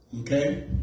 Okay